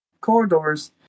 corridors